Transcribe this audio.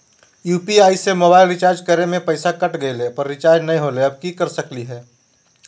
UPI से mobile recharge करे में पैसा कट गेलई, पर रिचार्ज नई होलई, अब की कर सकली हई?